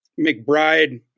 McBride